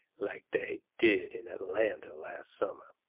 like they did in atlanta last summer,